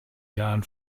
jahren